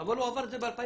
אבל הוא עבר את זה ב-2009